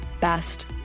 best